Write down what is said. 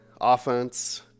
offense